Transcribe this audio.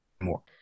more